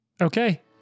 Okay